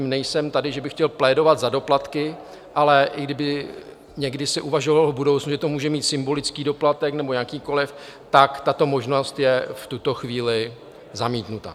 Nejsem tady, že bych chtěl plédovat za doplatky, ale i kdyby se někdy uvažovalo v budoucnu, že to může mít symbolický doplatek nebo jakýkoliv, tak tato možnost je v tuto chvíli zamítnuta.